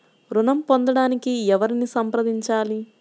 ఋణం పొందటానికి ఎవరిని సంప్రదించాలి?